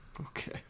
Okay